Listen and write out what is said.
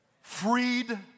freed